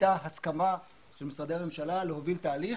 הייתה הסכמה של משרדי הממשלה להוביל תהליך